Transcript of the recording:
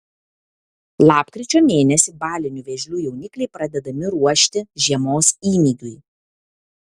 lapkričio mėnesį balinių vėžlių jaunikliai pradedami ruošti žiemos įmygiui